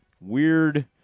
weird